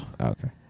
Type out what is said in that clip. Okay